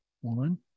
one